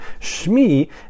Shmi